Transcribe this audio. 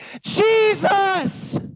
Jesus